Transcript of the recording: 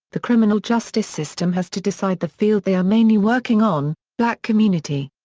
the criminal justice system has to decide the field they are mainly working on black community.